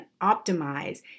optimize